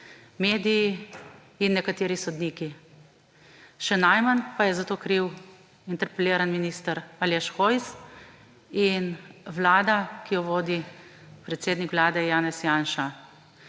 mediji in nekateri sodniki. Še najmanj pa je za to kriv interpeliran minister Aleš Hojs in vlada, ki jo vodi predsednik Vlade Janez Janša,